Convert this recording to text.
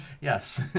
Yes